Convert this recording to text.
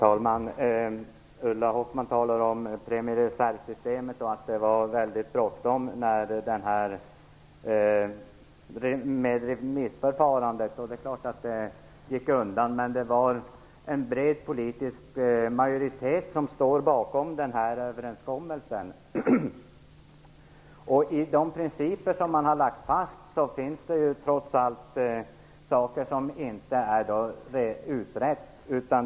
Herr talman! Ulla Hoffmann talar om premiereservsystemet och att det var mycket bråttom med remissförfarandet. Det är klart att det gick undan, men det var en bred politisk majoritet som stod bakom överenskommelsen. I de principer som man har lagt fast finns trots allt saker som inte är utredda.